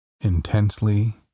intensely